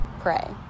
pray